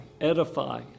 edify